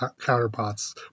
counterparts